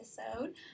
episode